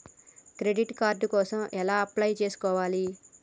Credit card కోసం ఎలా apply చేసుకోవాలి?